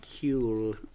Cool